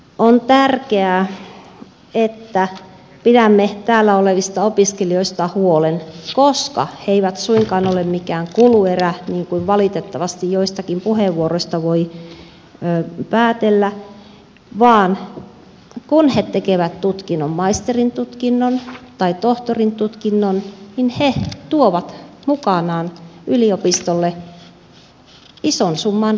on tärkeää että pidämme täällä olevista opiskelijoista huolen koska he eivät suinkaan ole mikään kuluerä niin kuin valitettavasti joistakin puheenvuoroista voi päätellä vaan kun he tekevät tutkinnon maisterin tutkinnon tai tohtorin tutkinnon niin he tuovat mukanaan yliopistolle ison summan rahaa